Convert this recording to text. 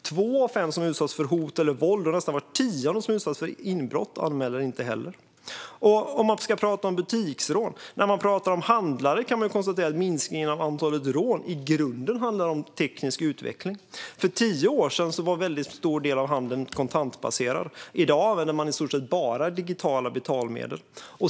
Två av fem som har utsatts för hot eller våld och nästan var tionde som utsatts för inbrott anmäler inte heller. Sedan kan man prata om butiksrån. Man kan konstatera att minskningen av antalet rån i grunden handlar om teknisk utveckling. För tio år sedan var en väldigt stor del av handeln kontantbaserad. I dag använder man i stort sett bara digitala betalmedel.